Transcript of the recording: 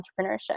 entrepreneurship